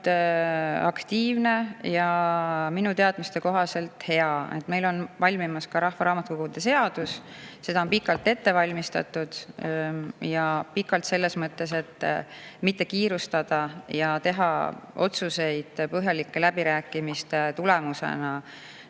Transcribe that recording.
aktiivne ja minu teadmiste kohaselt hea. Meil on valmimas rahvaraamatukogu seadus, seda on pikalt ette valmistatud. Pikalt selles mõttes, et [eesmärk on olnud] mitte kiirustada ja teha otsuseid põhjalike läbirääkimiste tulemusena,